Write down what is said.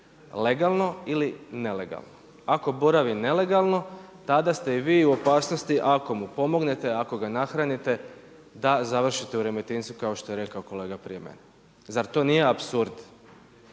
legalno ili nelegalno. Ako boravi nelegalno, tada ste i vi u opasnosti ako mu pomognete, ako ga nahranite, da završite u Remetincu kao što je rekao kolega prije mene. Zar to nije apsurd?